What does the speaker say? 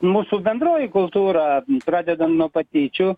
mūsų bendroji kultūra pradedan nuo patyčių